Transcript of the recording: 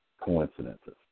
coincidences